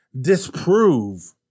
disprove